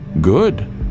Good